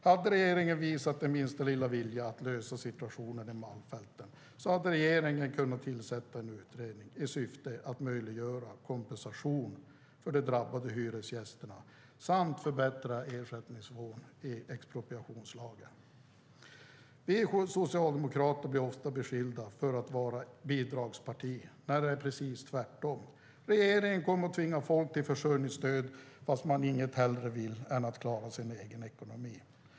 Hade regeringen visat minsta lilla vilja att lösa situationen i Malmfälten hade regeringen kunnat tillsätta en utredning i syfte att möjliggöra kompensation för drabbade hyresgäster och förbättra ersättningsnivån i expropriationslagen. Vi socialdemokrater blir ofta beskyllda för att vara ett bidragsparti när det är precis tvärtom. Regeringen kommer att tvinga folk till försörjningsstöd fast de inget hellre vill än att klara sin egen ekonomi.